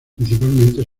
principalmente